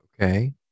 Okay